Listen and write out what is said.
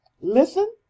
Listen